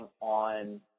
on